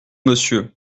monsieur